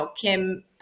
Kim